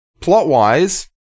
Plot-wise